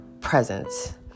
presence